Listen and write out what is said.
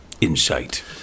insight